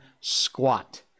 squat